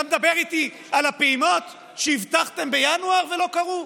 אתה מדבר איתי על הפעימות שהבטחתם בינואר ולא קרו?